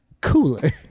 cooler